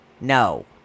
No